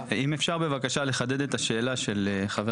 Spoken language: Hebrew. מבקש לחדד את השאלה של חבר